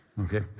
Okay